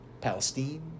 Palestine